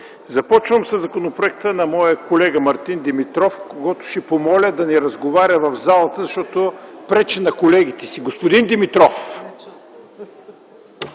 Започвам със законопроекта на моя колега Мартин Димитров, когото ще помоля да не разговаря в залата, защото пречи на колегите си. Господин Димитров!